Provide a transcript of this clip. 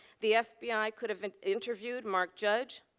the fbi could have interviewed mark judge,